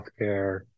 healthcare